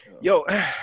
Yo